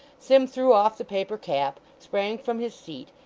sim threw off the paper cap, sprang from his seat,